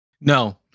No